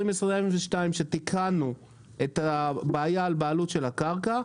כשתיקנו את הבעיה על בעלות של הקרקע,